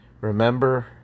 Remember